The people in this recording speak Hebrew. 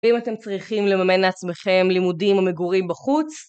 ואם אתם צריכים לממן לעצמכם לימודים או מגורים בחוץ